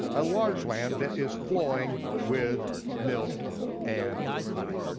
a large land, that is flowing with milk and honey.